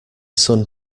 son